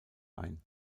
ein